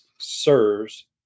serves